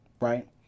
right